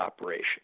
operation